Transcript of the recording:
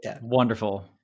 wonderful